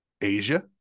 Asia